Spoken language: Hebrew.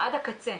עד הקצה.